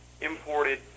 imported